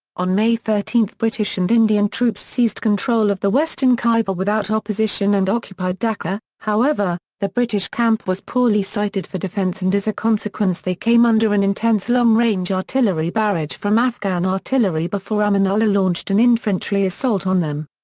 on thirteen may british and indian troops seized control of the western khyber without opposition and occupied dacca, however, the british camp was poorly sited for defence and as a consequence they came under an intense long-range artillery barrage from afghan artillery before amanullah launched an infantry assault on them.